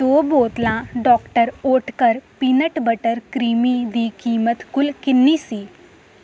ਦੋ ਬੋਤਲਾਂ doctor Oetker peanut butter creamy ਦੀ ਕੀਮਤ ਕੁੱਲ ਕਿੰਨੀ ਸੀ